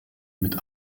mit